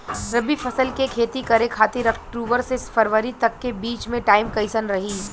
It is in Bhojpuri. रबी फसल के खेती करे खातिर अक्तूबर से फरवरी तक के बीच मे टाइम कैसन रही?